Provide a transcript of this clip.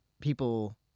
people